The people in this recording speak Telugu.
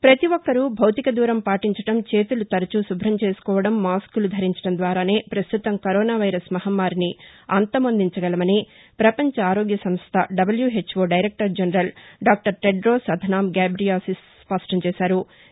ప్రపతి ఒక్కరూ భౌతిక దూరం పాటించడం చేతులు తరచూ శుభ్రం చేసుకోవడం మాస్కులు ధరించడం ద్వారానే పస్తుతం కరోనా వైరస్ మహమ్మారిని అంతమొందించగలమని ప్రపంచ ఆరోగ్య సంస్ల WHO director general doctor Tedros Adhanom గేబియాసిస్ స్పష్లం చేశారు